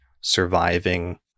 surviving